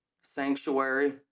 sanctuary